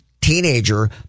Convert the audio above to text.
teenager